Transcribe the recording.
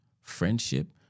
friendship